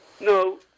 No